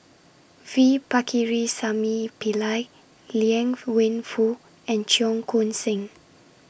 V Pakirisamy Pillai Liang Wenfu and Cheong Koon Seng